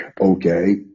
Okay